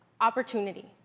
opportunity